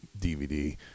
DVD